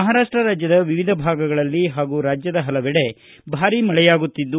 ಮಹಾರಾಪ್ಟ ರಾಜ್ಯದ ವಿವಿಧ ಭಾಗಗಳಲ್ಲಿ ಹಾಗೂ ರಾಜ್ಯದ ಹಲವೆಡೆ ಭಾರಿ ಮಳೆಯಾಗುತ್ತಿದ್ದು